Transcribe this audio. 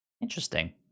Interesting